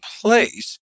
place